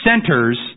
centers